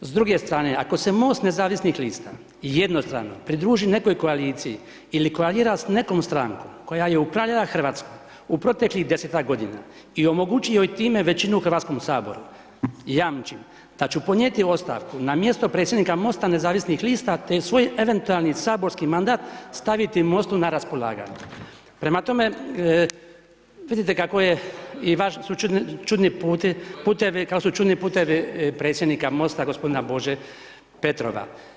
S druge strane ako se MOST nezavisnih lista jednostrano pridruži nekoj koaliciji ili koalira s nekom strankom koja je upravljala Hrvatskom u proteklih 10-tak godina i omogući joj time većinu u Hrvatskom saboru, jamčim da ću podnijeti ostavku na mjesto predsjednika MOST-a nezavisnih lista te svoj eventualni saborski mandat staviti MOST-u na raspolaganje.“ Prema tome, vidite kako je i vaš su čudni put, putevi, kako su čudni putevi predsjednika MOST-a gospodina Bože Petrova.